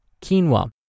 quinoa